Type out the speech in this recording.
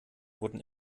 wurden